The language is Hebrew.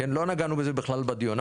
לא נגענו בזה בכלל בדיון,